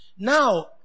Now